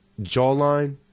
jawline